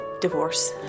divorce